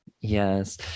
yes